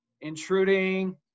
intruding